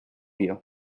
you